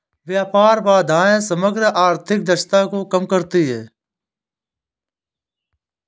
व्यापार बाधाएं समग्र आर्थिक दक्षता को कम करती हैं